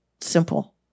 simple